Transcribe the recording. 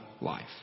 life